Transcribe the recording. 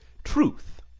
truth,